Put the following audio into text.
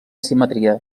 simetria